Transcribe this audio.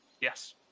Yes